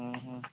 ହୁଁ ହୁଁ